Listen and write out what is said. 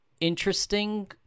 interesting